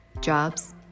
jobs